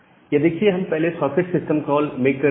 यह देखिए हम पहले सॉकेट सिस्टम कॉल मेक कर रहे हैं